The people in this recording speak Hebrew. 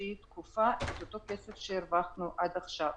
לאיזושהי תקופה את אותו כסף שהרווחנו עד עכשיו.